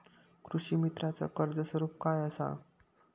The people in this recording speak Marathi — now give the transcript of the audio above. कृषीमित्राच कर्ज स्वरूप काय असा?